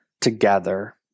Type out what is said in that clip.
together